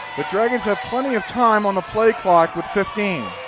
the dragons have plenty of time on the play clock with fifteen.